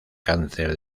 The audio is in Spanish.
cáncer